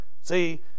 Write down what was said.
See